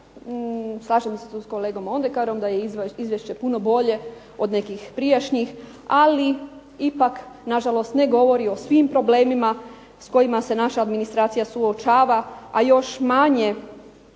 slažem se tu s kolegom Mondekarom, da je izvješće puno bolje od nekih prijašnjih, ali ipak nažalost ne govori o svim problemima s kojima se naša administracija suočava, a još manje